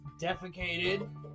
defecated